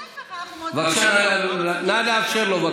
לא, להפך, אנחנו מודים, בבקשה, נא לאפשר לו.